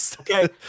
Okay